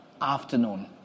afternoon